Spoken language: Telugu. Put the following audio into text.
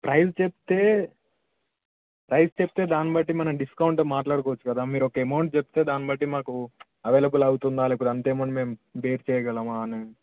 ప్రైస్ చెప్పితే ప్రైస్ చెప్పితే దాని బట్టి మనం డిస్కౌంట్ మాట్లాడుకోవచ్చు కదా మీరు ఒక అమౌంట్ చెప్పితే దాని బట్టి మాకు అవైలబుల్ అవుతుందా లేదా అంత అమౌంట్ మేము బేర్ చేయగలమా అని